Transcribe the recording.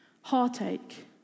heartache